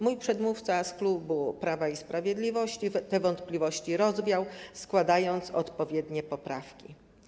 Mój przedmówca z klubu Prawa i Sprawiedliwości te wątpliwości rozwiał, składając odpowiednie poprawki.